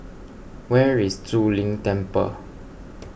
where is Zu Lin Temple